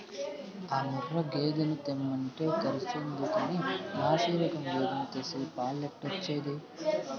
ఆ ముర్రా గేదెను తెమ్మంటే కర్సెందుకని నాశిరకం గేదెను తెస్తే పాలెట్టొచ్చేది